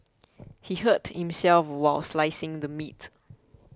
he hurt himself while slicing the meat